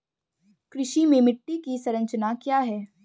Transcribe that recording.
कृषि में मिट्टी की संरचना क्या है?